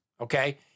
okay